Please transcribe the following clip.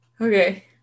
okay